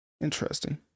interesting